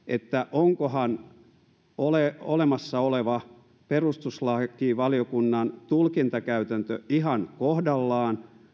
onkohan olemassa oleva perustuslakivaliokunnan tulkintakäytäntö ihan kohdallaan